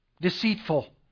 deceitful